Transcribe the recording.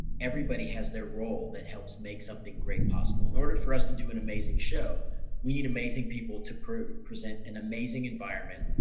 everybody has their role that helps make something great possible. in order for us to do an amazing show, we need amazing people to present present an amazing environment,